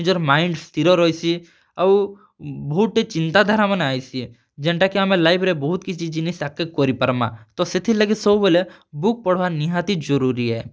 ନିଜର୍ ମାଇଣ୍ଡ୍ ସ୍ଥିର ରହେସି ଆଉ ବହୁତ୍ଟେ ଚିନ୍ତାଧାରା ମାନେ ଆଏସି ଯେନ୍ତା କି ଆମେ ଲାଇଫ୍ ରେ ବହୁତ୍ କିଛି ଜିନିଷ୍ ଆଗ୍କେ କରିପାର୍ମା ତ ସେଥିର୍ ଲାଗି ସବୁବେଲେ ବୁକ୍ ପଢ଼ବାର୍ ନିହାତି ଜରୁରୀ ଆଏ